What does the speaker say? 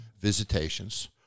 visitations